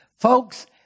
Folks